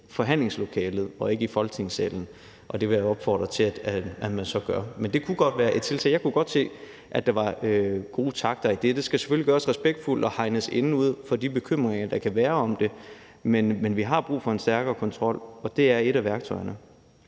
forhandlingslokalet og ikke i Folketingssalen, og det vil jeg opfordre til at man så gør. Men det kunne godt være et tiltag. Jeg kunne godt se, at der var gode takter i det. Det skal selvfølgelig gøres respektfuldt og hegnes ind ud fra de bekymringer, der kan være om det, men vi har brug for en stærkere kontrol, og det er et af værktøjerne.